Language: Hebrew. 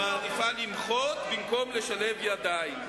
מעדיפה למחות במקום לשלב ידיים.